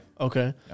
Okay